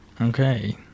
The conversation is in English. Okay